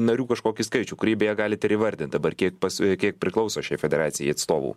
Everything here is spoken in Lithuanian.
narių kažkokį skaičių kurį beje galit ir įvardint dabar kiek pas kiek priklauso šiai federacijai atstovų